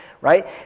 Right